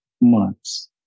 months